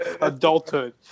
Adulthood